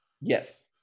Yes